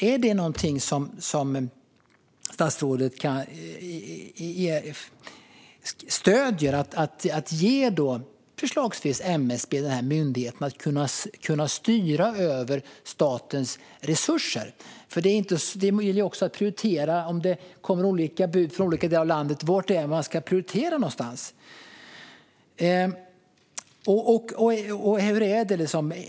Är det någonting som statsrådet stöder, att ge förslagsvis myndigheten MSB möjlighet att styra över statens resurser? Det handlar ju också om hur man ska prioritera; om det kommer olika bud från olika delar av landet, var någonstans ska man prioritera?